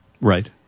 Right